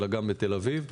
אלא גם בתל אביב.